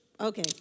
okay